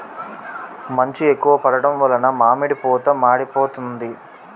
మంచు ఎక్కువ పడడం వలన మామిడి పూత మాడిపోతాంది